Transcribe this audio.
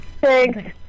Thanks